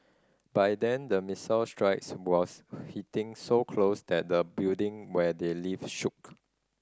by then the missile strikes were hitting so close that the building where they lived shook